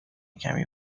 کمی